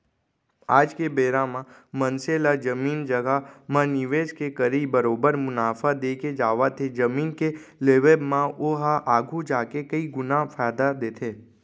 आज के बेरा म मनसे ला जमीन जघा म निवेस के करई बरोबर मुनाफा देके जावत हे जमीन के लेवब म ओहा आघु जाके कई गुना फायदा देथे